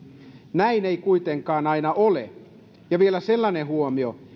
näin ei kuitenkaan aina ole ja vielä sellainen huomio että